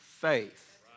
faith